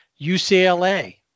UCLA